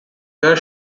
their